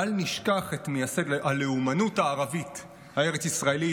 בל נשכח את מייסד הלאומנות הערבית הארץ-ישראלית,